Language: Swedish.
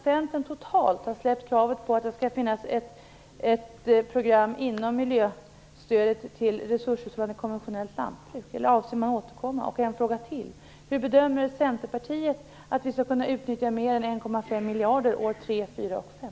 Centern totalt har släppt kravet på att det skall finnas ett program inom miljöstödet till resurshushållande konventionellt lantbruk. Avser man att återkomma om det? Hur bedömer Centerpartiet att vi skall kunna utnyttja mer än 1,5 miljarder år tre, fyra och fem?